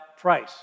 price